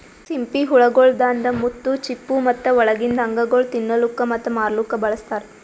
ಸಿಂಪಿ ಹುಳ ಗೊಳ್ದಾಂದ್ ಮುತ್ತು, ಚಿಪ್ಪು ಮತ್ತ ಒಳಗಿಂದ್ ಅಂಗಗೊಳ್ ತಿನ್ನಲುಕ್ ಮತ್ತ ಮಾರ್ಲೂಕ್ ಬಳಸ್ತಾರ್